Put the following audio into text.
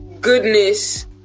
goodness